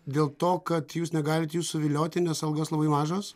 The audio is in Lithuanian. dėl to kad jūs negalit jų suvilioti nes algos labai mažos